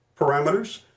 parameters